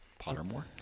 Pottermore